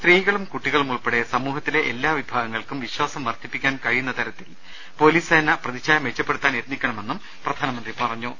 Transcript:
സ്ത്രീകളും കുട്ടികളും ഉൾപ്പെടെ സമൂ ഹത്തിലെ എല്ലാ വിഭാഗങ്ങൾക്കും വിശാസം വർദ്ധിപ്പിക്കാൻ കഴിയുന്ന തരത്തിൽ പൊലീസ് സേന പ്രതിച്ഛായ മെച്ചപ്പെടുത്താൻ യത്നിക്കണമെന്നും പ്രധാനമന്ത്രി പറഞ്ഞു